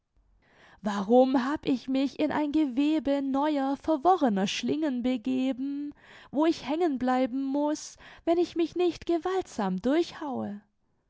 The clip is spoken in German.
warum hab ich mich in ein gewebe neuer verworrener schlingen begeben wo ich hängen bleiben muß wenn ich mich nicht gewaltsam durchhaue